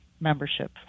membership